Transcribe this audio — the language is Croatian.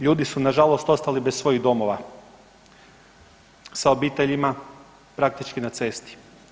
Ljudi su na žalost ostali bez svojih domova sa obiteljima praktički na cesti.